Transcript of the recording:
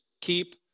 keep